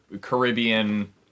caribbean